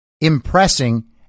impressing